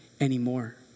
anymore